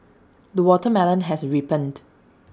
the watermelon has ripened